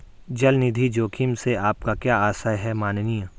चल निधि जोखिम से आपका क्या आशय है, माननीय?